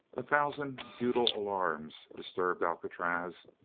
a thousand futile alarms disturbed alcatraz,